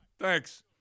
Thanks